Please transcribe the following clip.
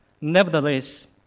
Nevertheless